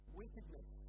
wickedness